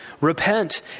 Repent